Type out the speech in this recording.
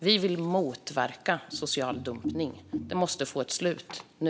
Vi vill motverka social dumpning. Det måste få ett slut nu.